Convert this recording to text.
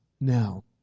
now